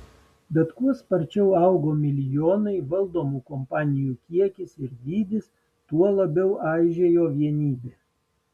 bet kuo sparčiau augo milijonai valdomų kompanijų kiekis ir dydis tuo labiau aižėjo vienybė